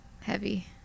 heavy